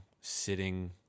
sitting